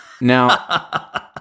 Now